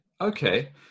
Okay